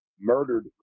murdered